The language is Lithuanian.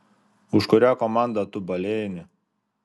už kurią komandą tu balėjini